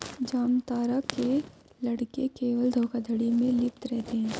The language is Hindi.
जामतारा के लड़के केवल धोखाधड़ी में लिप्त रहते हैं